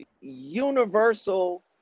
universal